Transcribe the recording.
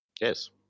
Yes